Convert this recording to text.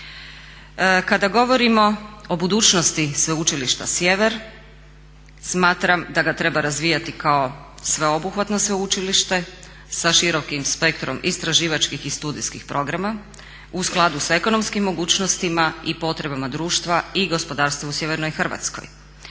Kada govorimo o budućnosti Sveučilišta Sjever smatram da ga treba razvijati kao sveobuhvatno sveučilište sa širokim spektrom istraživačkih i studijskih programa u skladu sa ekonomskim mogućnostima i potrebama društva i gospodarstva u sjevernoj Hrvatskoj.